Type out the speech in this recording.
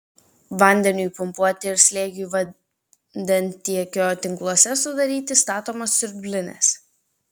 vandeniui pumpuoti ir slėgiui vandentiekio tinkluose sudaryti statomos siurblinės